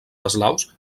eslaus